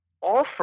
offer